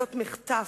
לעשות מחטף,